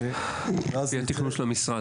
לפי התכנון של המשרד,